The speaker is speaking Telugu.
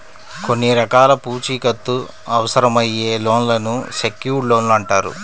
కొన్ని రకాల పూచీకత్తు అవసరమయ్యే లోన్లను సెక్యూర్డ్ లోన్లు అంటారు